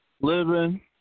Living